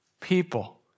people